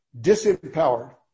disempowered